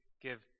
give